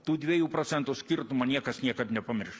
tų dviejų procentų skirtumo niekas niekad nepamirš